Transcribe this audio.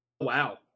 Wow